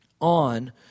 on